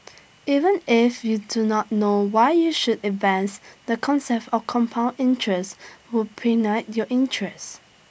even if you do not know why you should invest the concept of compound interest would your interest